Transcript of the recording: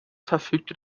verfügte